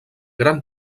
gran